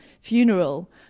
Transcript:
funeral